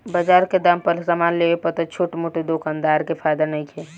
बजार के दाम पर समान लेवे पर त छोट मोट दोकानदार के फायदा नइखे